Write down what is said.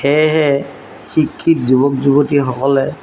সেয়েহে শিক্ষিত যুৱক যুৱতীসকলে